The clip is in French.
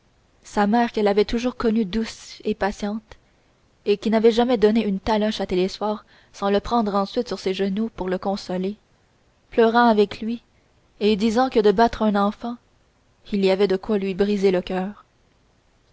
sa mère qu'elle avait toujours connue douce et patiente et qui n'avait jamais donné une taloche à télesphore sans le prendre ensuite sur ses genoux pour le consoler pleurant avec lui et disant que de battre un enfant il y avait de quoi lui briser le coeur